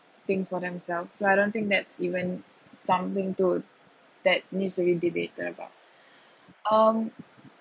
think for themselves I don't think that's even something to that needs to be debated about um